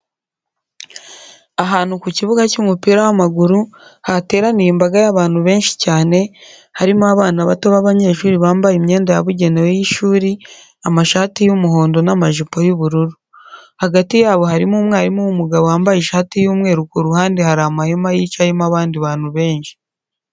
Ahantu ku kibuga cy'umupira w'amaguru, hateraniye imbaga y'abantu benshi cyane, harimo abana bato b'abanyeshuri bambaye imyenda yabugenewe y'ishuri amashati y'umuhondo n'amajipo y'ubururu. Hagati y'abo harimo umwarimu w'umugabo wambaye ishati y'umweru ku ruhande hari amahema yicayemo abandi bantu benshi.